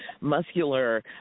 muscular